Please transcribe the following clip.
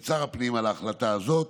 ואת שר הפנים על ההחלטה הזאת,